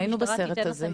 היינו בסרט הזה.